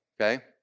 okay